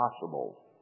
possible